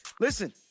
Listen